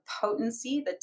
potency